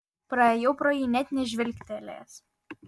praėjau pro jį net nežvilgtelėjęs